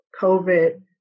COVID